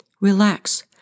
Relax